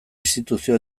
instituzio